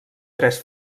tres